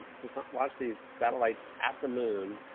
to so like launch these satellites at the moon,